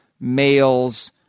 males